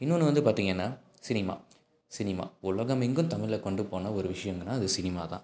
இன்னொன்று வந்து பார்த்தீங்கன்னா சினிமா சினிமா உலகமெங்கும் தமிழை கொண்டு போன ஒரு விஷயம்னா அது சினிமா தான்